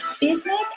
business